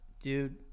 Dude